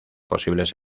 posibles